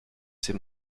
ses